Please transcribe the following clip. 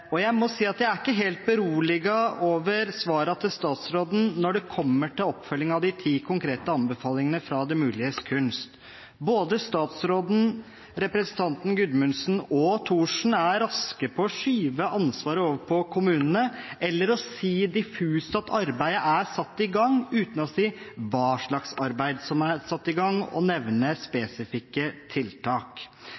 handling. Jeg må si at jeg er ikke helt beroliget over svarene til statsråden når det kommer til oppfølging av de ti konkrete anbefalingene fra Det muliges kunst. Både statsråden og representantene Gudmundsen og Thorsen er raske til å skyve ansvaret over på kommunene eller si diffust at arbeidet er satt i gang, uten å si hva slags arbeid som er satt i gang, eller nevne spesifikke tiltak.